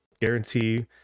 guarantee